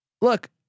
Look